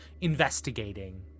investigating